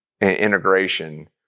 integration